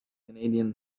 canadian